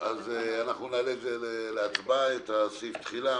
נעלה להצבעה את סעיף התחילה.